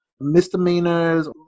misdemeanors